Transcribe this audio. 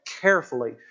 carefully